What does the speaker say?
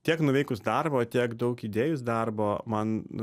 tiek nuveikus darbo tiek daug įdėjus darbo man